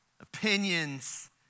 opinions